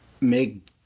make